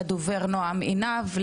לדובר נועם עינב,